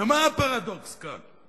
ומה הפרדוקס כאן?